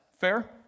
Fair